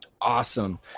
Awesome